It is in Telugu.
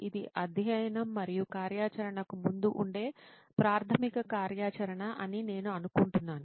ఇది అధ్యయనం మరియు కార్యాచరణకు ముందు ఉండే ప్రాథమిక కార్యాచరణ అని నేను అనుకుంటున్నాను